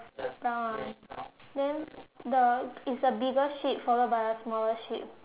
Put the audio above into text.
brown one then the it's a bigger sheep followed by a smaller sheep